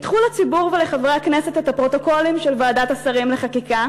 פתחו לציבור ולחברי הכנסת את הפרוטוקולים של ועדת השרים לחקיקה,